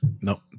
Nope